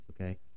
okay